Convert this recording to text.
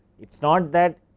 it is not that,